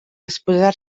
exposar